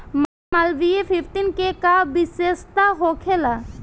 मटर मालवीय फिफ्टीन के का विशेषता होखेला?